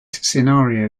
scenario